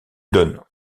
donne